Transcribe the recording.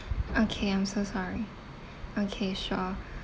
okay I'm so sorry okay sure